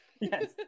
yes